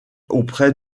auprès